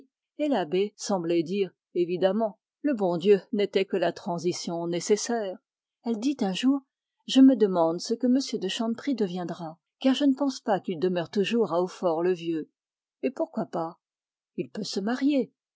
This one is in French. et l'abbé semblait dire évidemment le bon dieu n'était que la transition nécessaire elle dit un jour je me demande ce que m de chanteprie deviendra car je ne pense pas qu'il demeure toujours à hautfort le vieux et pourquoi pas il peut se marier